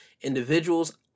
individuals